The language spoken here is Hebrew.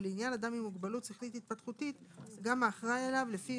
ולעניין אדם עם מוגבלות שכלית-התפתחותית - גם האחראי עליו לפי